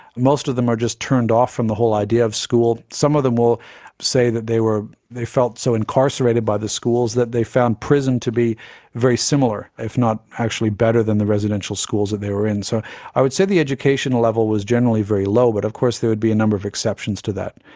most of them are just turned off from the whole idea of school. some of them will say that they felt so incarcerated by the schools that they found prison to be very similar, if not actually better than the residential schools that they were in. so i would say the education level was generally very low, but of course there would be a number of exceptions to that.